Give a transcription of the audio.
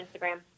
Instagram